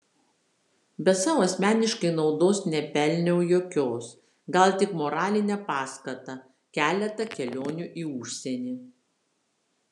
bet sau asmeniškai naudos nepelniau jokios gal tik moralinę paskatą keletą kelionių į užsienį